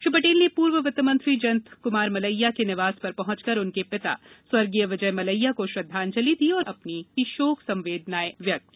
श्री पटेल ने पूर्व वित्तमंत्री जयंत कुमार मलैया के निवास पर पहुंचकर उनके पिता स्व विजय मलैया को श्रद्वांजलि दी और अपनी शोक संवेदनाएं व्यक्त की